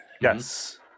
Yes